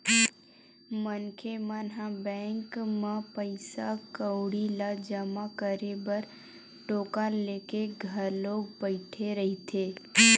मनखे मन ह बैंक म पइसा कउड़ी ल जमा करे बर टोकन लेके घलोक बइठे रहिथे